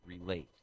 relate